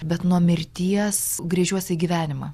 bet nuo mirties gręžiuos į gyvenimą